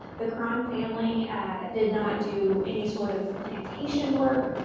the croghan family did not do any sort of plantation work,